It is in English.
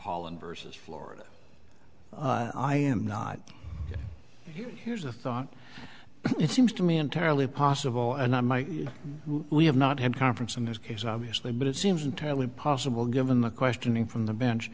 holland versus florida i am not here here's a thought it seems to me entirely possible and i'm i we have not had conference in this case obviously but it seems entirely possible given the questioning from the bench